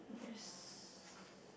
yes